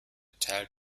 teil